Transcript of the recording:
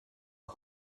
are